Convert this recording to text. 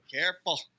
careful